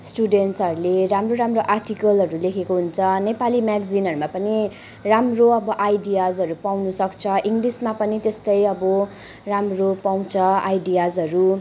स्टुडेन्ट्सहरूले राम्रो राम्रो आर्टिकलहरू लेखेको हुन्छ नेपाली म्याग्जिनहरूमा पनि राम्रो अब आइडियासहरू पाउनसक्छ इङ्लिसमा पनि त्यस्तै अब राम्रो पाउँछ आइडियाजहरू